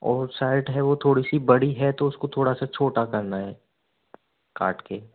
और साइट है वो थोड़ी सी बड़ी है तो उसको थोड़ा सा छोटा करना है काट के